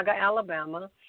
Alabama